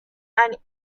and